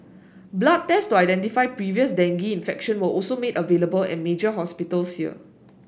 blood test to identify previous dengue infection were also made available at major hospitals here